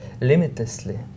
limitlessly